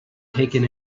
taken